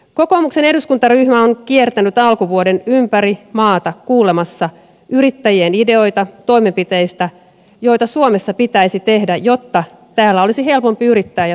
kokoomuksen eduskuntaryhmä on kiertänyt alkuvuoden ympäri maata kuulemassa yrittäjien ideoita toimenpiteistä joita suomessa pitäisi tehdä jotta täällä olisi helpompi yrittää ja työllistää